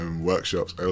workshops